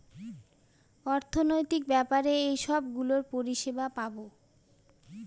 অর্থনৈতিক ব্যাপারে এইসব গুলোর পরিষেবা পাবো